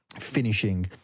finishing